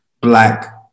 black